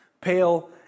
pale